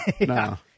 No